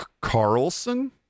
Carlson